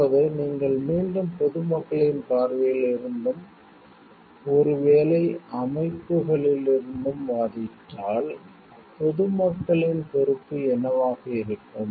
இப்போது நீங்கள் மீண்டும் பொது மக்களின் பார்வையில் இருந்தும் ஒருவேளை அமைப்புகளிலிருந்தும் வாதிட்டால் பொதுமக்களின் பொறுப்பு என்னவாக இருக்கும்